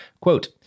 Quote